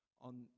on